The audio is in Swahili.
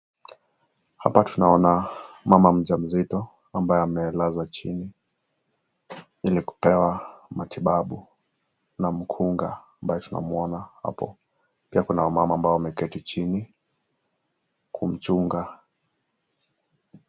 Hapa tunaona mama mjamzito ambaye amelazwa chini, ili kupewa matibabu na mjinga ambaye tunamuona hapo. Pia kuna wamama ambayo wameketi chini, kumchunga.